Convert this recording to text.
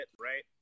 Right